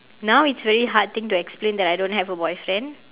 now it's very hard thing to explain that I don't have a boyfriend